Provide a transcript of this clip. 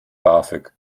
bafög